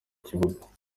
ikibuga